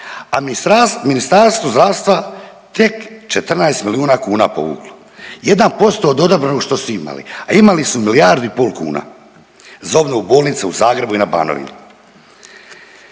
a Ministarstvo zdravstva tek 14 milijuna kuna povuklo. 1% od odobrenog što su imali, a imali su milijardu i pol kuna za obnovu bolnica u Zagrebu i na Banovini.